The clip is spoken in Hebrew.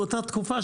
באותה תקופה,